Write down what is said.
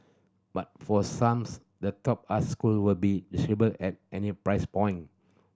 but for some the top us school will be at any price point